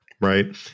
right